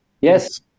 Yes